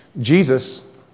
Jesus